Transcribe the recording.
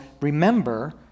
remember